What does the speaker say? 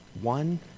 One